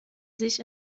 sich